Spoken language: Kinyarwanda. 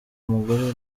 umugore